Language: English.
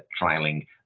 trialing